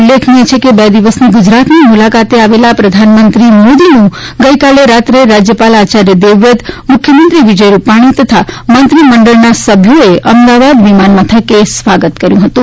ઉલ્લેખનીય છે કે બે દિવસની ગુજરાતની મુલાકાતે આવેલા પ્રધાનમંત્રી મોદીનું ગઇકાલે રાત્રે રાજ્યપાલ આચાર્ય દેવવ્રત મુખ્યમંત્રી વિજય રૂપાલી તથા મંત્રીમંડળના સભ્યોએ અમદાવાદ વિમાનમથકે સ્વાગત કર્યું હતું